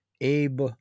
Abe